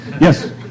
Yes